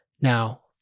Now